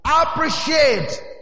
Appreciate